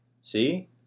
See